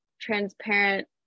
transparent